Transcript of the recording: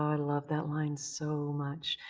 i love that line so much.